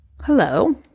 Hello